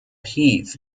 heath